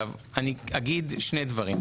אני אגיד שני דברים.